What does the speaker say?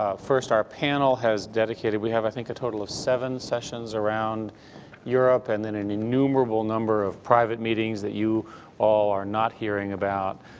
ah first, our panel has dedicated, we have i think a total of seven sessions around europe. and then an innumerable number of private meetings that you all are not hearing about,